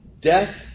death